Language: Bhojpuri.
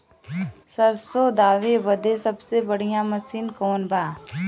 सरसों दावे बदे सबसे बढ़ियां मसिन कवन बा?